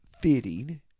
fitting